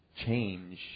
change